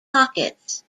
pockets